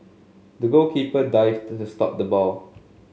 the goalkeeper dived to stop the ball